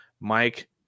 Mike